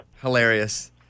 Hilarious